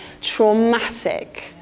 traumatic